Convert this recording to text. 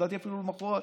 לדעתי אפילו למוחרת.